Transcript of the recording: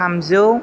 थामजौ